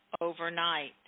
overnight